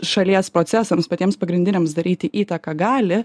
šalies procesams patiems pagrindiniams daryti įtaką gali